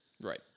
Right